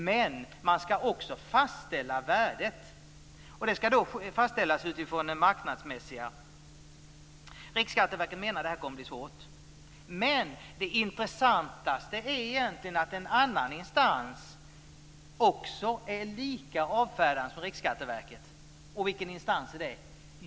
Men man ska fastställa värdet, och det ska ske marknadsmässigt. Riksskatteverket menar att det kommer att bli svårt. Det intressanta är att en annan instans är lika avfärdande som Riksskatteverket. Vilken instans är det?